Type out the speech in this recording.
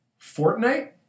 Fortnite